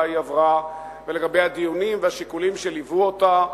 היא עברה ולגבי הדיונים והשיקולים שליוו אותה,